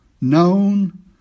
known